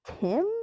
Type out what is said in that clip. Tim